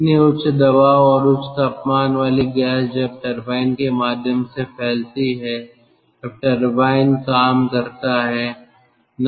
इतनी उच्च दबाव और उच्च तापमान वाली गैस जब टरबाइन के माध्यम से फैलती है तब टरबाइन काम करता है